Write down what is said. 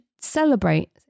celebrate